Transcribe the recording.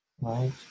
Right